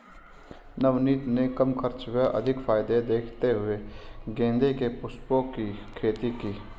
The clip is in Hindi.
नवनीत ने कम खर्च व अधिक फायदे देखते हुए गेंदे के पुष्पों की खेती की